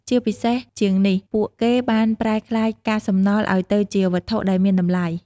ជាពិសេសជាងនេះ ពួកគេបានប្រែក្លាយកាកសំណល់ឲ្យទៅជាវត្ថុដែលមានតម្លៃ។